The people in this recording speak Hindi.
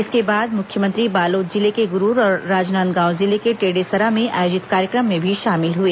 इसके बाद मुख्यमंत्री बालोद जिले के गुरूर और राजनांदगांव जिले के टेडेसरा में आयोजित कार्यक्रम में भी शामिल हुए